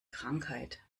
krankheit